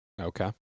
okay